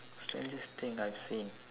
strangest thing I've seen